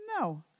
no